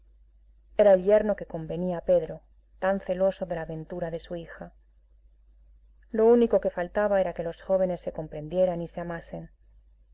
el yerno que convenía a pedro tan celoso de la ventura de su hija lo único que faltaba era que los jóvenes se comprendieran y se amasen